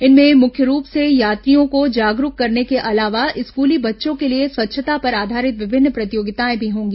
इनमें प्रमुख रूप से यात्रियों को जागरूक करने के अलावा स्कूली बच्चों के लिए स्वच्छता पर आधारित विभिन्न प्रतियोगिताएं भी होंगी